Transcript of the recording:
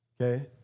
Okay